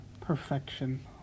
Perfection